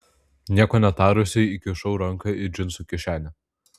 nieko netarusi įkišau ranką į džinsų kišenę